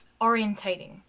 orientating